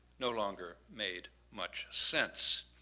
no longer made much sense.